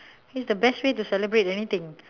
it's the best way to celebrate anything